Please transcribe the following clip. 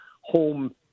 home